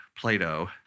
Plato